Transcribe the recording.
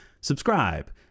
Subscribe